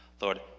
Lord